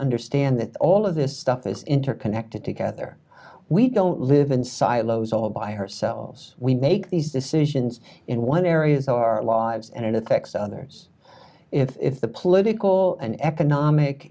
understand that all of this stuff is interconnected together we don't live in silos all by herself we make these decisions in one area so our lives and it affects others if the political and economic